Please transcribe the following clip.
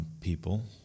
people